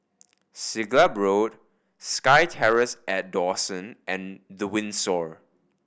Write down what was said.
Siglap Road SkyTerrace at Dawson and The Windsor